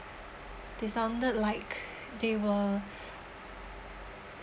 they sounded like they were